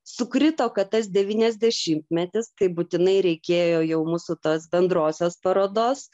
sukrito kad tas devyniasdešimtmetis būtinai reikėjo jau mūsų tos bendrosios parodos